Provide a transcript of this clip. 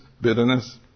bitterness